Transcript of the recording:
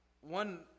one